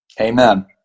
Amen